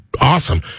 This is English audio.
awesome